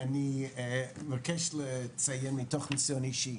אני מבקש לציין מתוך ניסיון אישי.